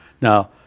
Now